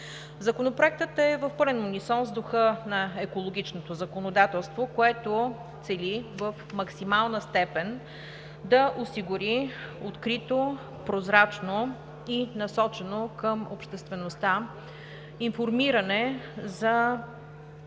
Законопроектът е в пълен унисон с духа на екологичното законодателство, което цели в максимална степен да осигури открито, прозрачно и насочено към обществеността информиране за